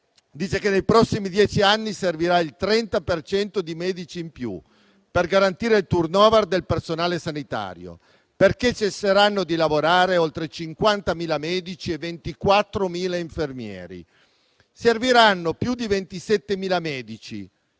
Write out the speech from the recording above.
le quali nei prossimi dieci anni servirà il 30 per cento di medici in più per garantire il *turnover* del personale sanitario, perché cesseranno di lavorare oltre 50.000 medici e 24.000 infermieri. Serviranno più di 27.000 medici,